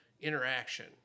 interaction